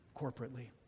corporately